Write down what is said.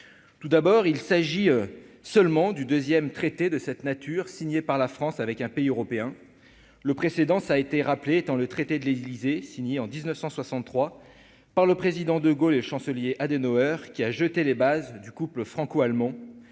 tout d'abord, il s'agit seulement du 2ème traiter de cette nature, signée par la France avec un pays européen, le précédent ça été rappelé dans le traité de l'Élysée en 1963 par le président de Gaulle et le chancelier Adenauer qui a jeté les bases du couple franco-allemand,